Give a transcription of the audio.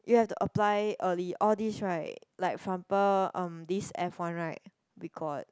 you have to apply early all this right like for example um this F one right we got